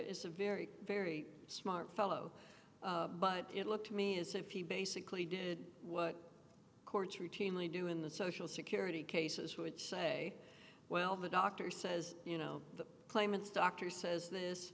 is a very very smart fellow but it looked to me as if he basically did what courts retain lee do in the social security cases who would say well the doctor says you know the claimant's doctor says this